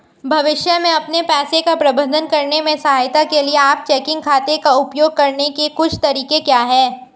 भविष्य में अपने पैसे का प्रबंधन करने में सहायता के लिए आप चेकिंग खाते का उपयोग करने के कुछ तरीके क्या हैं?